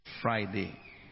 friday